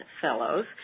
Fellows